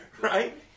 Right